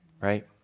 right